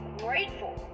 grateful